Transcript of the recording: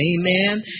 Amen